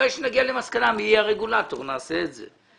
כאשר נגיע למסקנה מי יהיה הרגולטור, נעשה את זה.